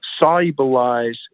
solubilize